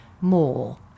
more